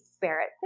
Barrett